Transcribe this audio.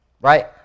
Right